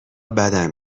بدم